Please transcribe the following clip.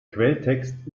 quelltext